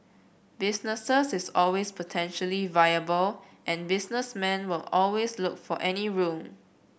businesses is always potentially viable and businessmen will always look for any room